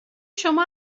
شما